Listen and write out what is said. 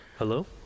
Hello